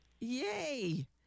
Yay